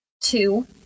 two